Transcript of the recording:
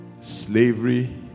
slavery